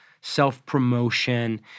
self-promotion